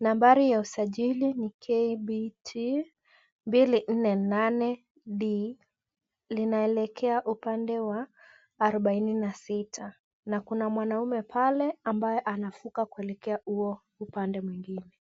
Nambari ya usajili ni KBT mbili nne nane D linaelekea upande wa arobaini na sita na kuna mwanaume pale ambaye anavuka kuelekea huo upande mwingine.